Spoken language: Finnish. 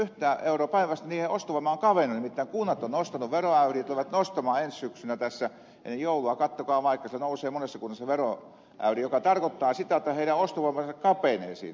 nimittäin kunnat ovat nostaneet veroäyriä tulevat nostamaan ensi syksynä tässä ennen joulua katsokaa vaikka nousee monessa kunnassa veroäyri mikä tarkoittaa sitä että heidän ostovoimansa kapenee siinä